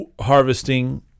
harvesting